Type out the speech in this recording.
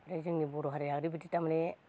ओमफाय जोंनि बर'हारिया ओरैबायदि थारमाने